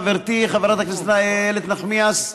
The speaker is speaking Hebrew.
חברתי חברת הכנסת איילת נחמיאס ורבין,